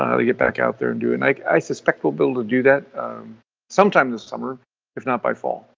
um to get back out there and do it. and like i suspect we'll be able to do that some time this summer if not by fall.